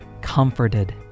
comforted